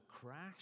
crash